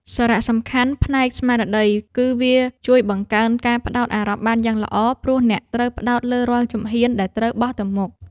សារៈសំខាន់ផ្នែកស្មារតី គឺវាជួយបង្កើនការផ្ដោតអារម្មណ៍បានយ៉ាងល្អ ព្រោះអ្នកត្រូវផ្ដោតលើរាល់ជំហានដែលត្រូវបោះទៅមុខ។